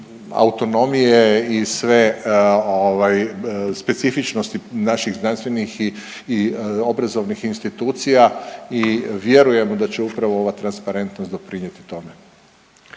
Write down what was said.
autonomije i sve ovaj, specifičnosti naših znanstvenih i obrazovnih institucija i vjerujemo da će upravo ova transparentnost doprinijeti tome.